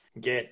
get